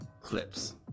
clips